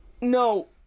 no